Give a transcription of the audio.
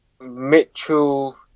Mitchell